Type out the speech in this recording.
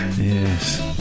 Yes